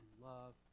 love